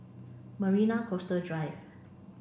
Marina Coastal Drive